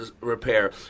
repair